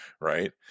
right